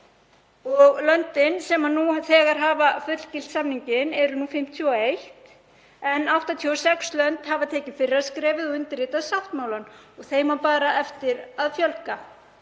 Löndin sem nú þegar hafa fullgilt samninginn eru 51 en 86 lönd hafa tekið fyrra skrefið og undirritað sáttmálann og þeim á bara eftir að fjölga.